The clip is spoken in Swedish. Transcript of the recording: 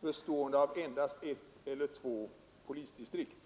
bestående av endast ett eller två polisdistrikt.